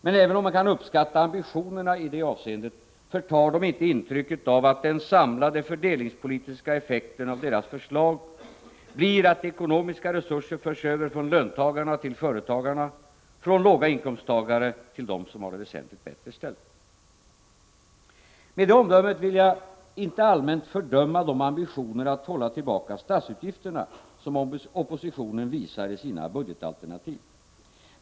Men även om man kan uppskatta ambitionerna i detta avseende förtar de inte intrycket av att den samlade fördelningspolitiska effekten av deras förslag blir att ekonomiska resurser förs över från löntagarna till företagarna, från låga inkomsttagare till dem som har det väsentligt bättre ställt. Med detta omdöme vill jag inte allmänt fördöma de ambitioner att hålla tillbaka statsutgifterna som oppositionen visar i sina budgetalternativ.